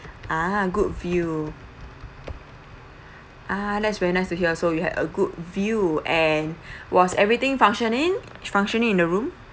ah good view ah that's very nice to hear so you have a good view and was everything functioning functioning in the room